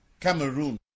Cameroon